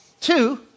Two